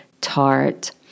tart